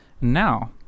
now